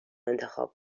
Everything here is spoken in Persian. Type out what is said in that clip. انتخاب